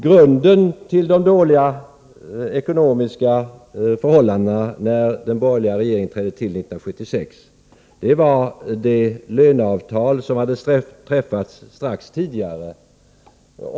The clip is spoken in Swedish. Grunden till de dåliga ekonomiska förhållandena när den borgerliga regeringen tillträdde 1976 var det tvååriga löneavtal som hade träffats strax innan.